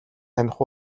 таних